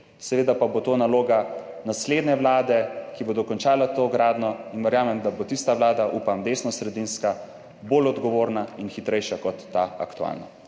seveda pa bo to naloga naslednje vlade, ki bo dokončala to gradnjo in verjamem, da bo tista vlada, upam, da desnosredinska, bolj odgovorna in hitrejša kot ta aktualna.